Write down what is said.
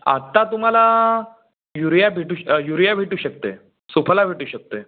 आत्ता तुम्हाला युरिया भेटू श् युरिया भेटू शकतं आहे सुफला भेटू शकतं आहे